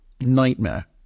nightmare